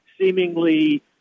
seemingly